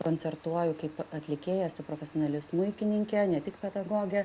koncertuoju kaip atlikėja esu profesionali smuikininkė ne tik pedagogė